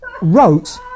wrote